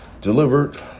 delivered